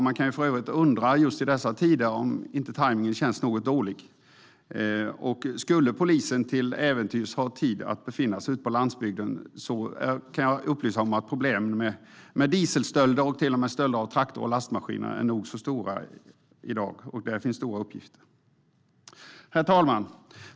Man kan i dessa tider undra om inte tajmningen är något dålig. Om polisen till äventyrs har tid att befinna sig ute på landsbygden kan jag upplysa om att problemen med dieselstölder och stölder av traktorer och lastmaskiner är nog så stora. Där finns stora uppgifter. Herr talman!